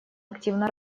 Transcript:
активно